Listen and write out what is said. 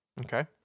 Okay